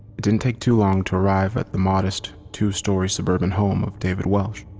it didn't take too long to arrive at the modest, two-story suburban home of david welsh.